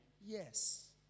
Yes